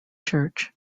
church